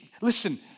Listen